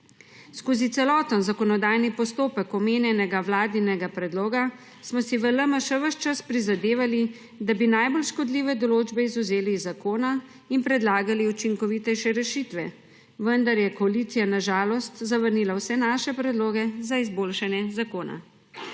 Skozi celoten zakonodajni postopek omenjenega vladnega predloga smo si v LMŠ ves čas prizadevali, da bi najbolj škodljive določbe izvzeli iz zakona in predlagali učinkovitejše rešitve, vendar je koalicija na žalost zavrnila vse naše predloge za izboljšanje zakona.